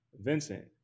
Vincent